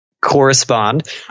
correspond